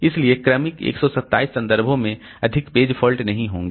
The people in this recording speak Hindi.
इसलिए क्रमिक 127 संदर्भों में अधिक पेज फॉल्ट नहीं होंगे